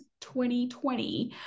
2020